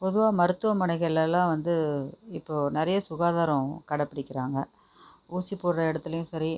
பொதுவாக மருத்துவ மனைகளிலெல்லாம் வந்து இப்போது நிறைய சுகாதாரம் கடைபிடிக்கிறாங்க ஊசி போடுற இடத்துலேயும் சரி